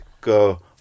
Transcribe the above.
go